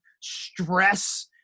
stress